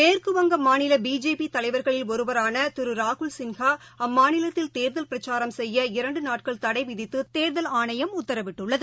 மேற்குவங்க மாநிலபிஜேபிதலைவர்களில் ஒருவரானதிருராகுல் சின்ஹா அம்மாநிலத்தில் தேர்தல் பிரச்சாரம் செய்ய இரண்டுநாட்கள் தடைவிதித்துதேர்தல் ஆணையம் உத்தரவிட்டுள்ளது